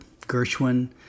Gershwin